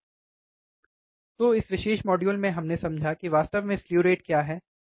तो इस विशेष मॉड्यूल में हमने समझा कि वास्तव में स्लु रेट क्या है